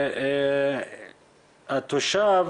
התושב